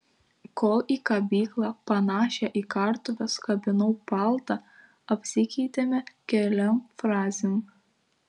kol į kabyklą panašią į kartuves kabinau paltą apsikeitėme keliom frazėm